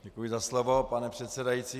Děkuji za slovo, pane předsedající.